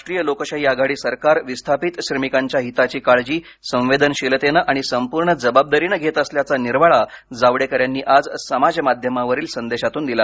राष्ट्रीय लोकशाही आघाडी सरकार विस्थापित श्रमिकांच्या हिताची काळजी संवेदनशीलतेनं आणि संपूर्ण जबाबदारीनं घेत असल्याचा निर्वाळा जावडेकर यांनी आज समाज माध्यमावरील संदेशातून दिला